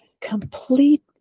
complete